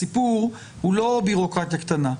הסיפור הוא לא בירוקרטיה קטנה.